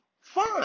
fine